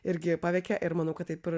irgi paveikė ir manau kad taip ir